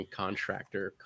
contractor